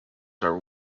are